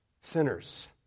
sinners